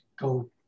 go